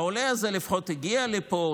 העולה הזה לפחות הגיע לפה,